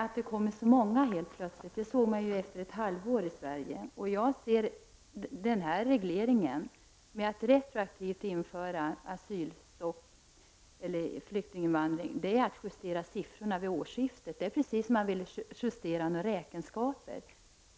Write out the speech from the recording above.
Att det kommer väldigt många såg vi efter ett halvår, och jag ser den här regleringen genom att retroaktivt införa begränsningar i flyktinginvandringen vara ett sätt att justera siffrorna vid årsskiftet som om man justerade siffror i räkenskaperna.